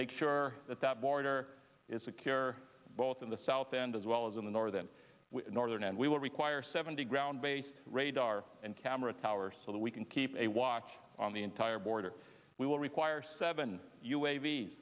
make sure that that border is secure both in the south and as well as in the northern northern and we will require seventy ground based radar and camera towers so that we can keep a watch on the entire border we will require seven